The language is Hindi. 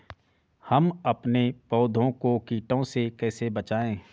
हम अपने पौधों को कीटों से कैसे बचाएं?